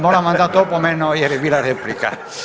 Moram vam dat opomenu jer je bila replika.